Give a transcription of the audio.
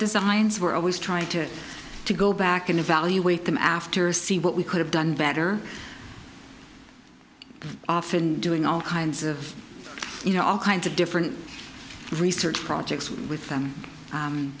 designs were always trying to to go back and evaluate them after see what we could have done better often doing all kinds of you know all kinds of different research projects with them